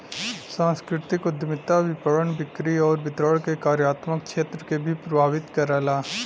सांस्कृतिक उद्यमिता विपणन, बिक्री आउर वितरण के कार्यात्मक क्षेत्र के भी प्रभावित करला